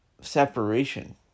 separation